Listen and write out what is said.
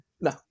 No